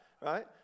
right